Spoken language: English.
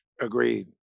Agreed